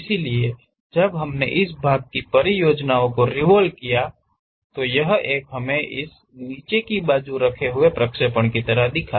इसलिए जब हमने इस भाग की परियोजनाओं को रिवोल्व किया है तो यह एक हम इसे नीचे की बाजू रखके इसको प्रक्षेपण करेंगे